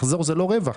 מחזור זה לא רווח.